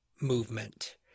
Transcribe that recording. movement